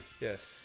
Yes